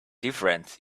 difference